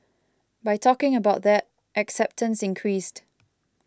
by talking about that acceptance increased